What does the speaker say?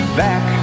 back